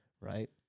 right